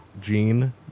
gene